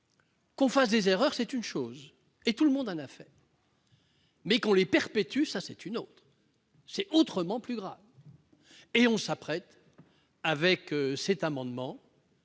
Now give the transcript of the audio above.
qu'on fasse des erreurs, c'est une chose- et tout le monde en a fait -, mais qu'on les perpétue, c'en est une autre, c'est autrement plus grave ! On s'apprête, avec cet article,